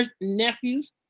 nephews